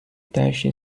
teste